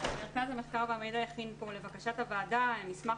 מרכז המחקר והמידע הכין פה לבקשת הוועדה מסמך